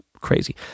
crazy